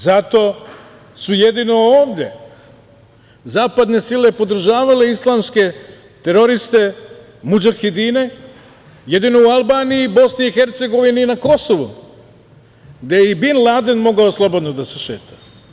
Zato su jedino ovde zapadne sile podržavale islamske teroriste, mudžahedine, jedino u Albaniji, Bosni i Hercegovini i na Kosovu, gde je i Bin Laden mogao slobodno da se šeta.